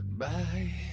Goodbye